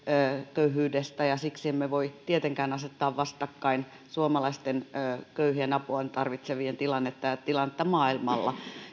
köyhyydestä ja ja siksi emme voi tietenkään asettaa vastakkain suomalaisten köyhien apua tarvitsevien tilannetta ja tilannetta maailmalla